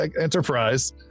Enterprise